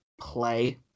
play